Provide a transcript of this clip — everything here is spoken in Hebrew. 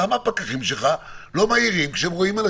למה הפקחים שלך לא מעירים כשהם רואים?